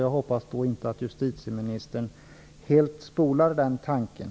Jag hoppas att justitieministern inte helt så att säga spolar den tanken.